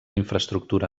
infraestructura